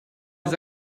les